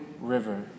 River